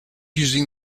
using